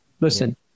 Listen